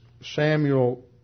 Samuel